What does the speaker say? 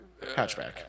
Hatchback